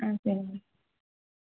ஆ சரிங்கண்ணா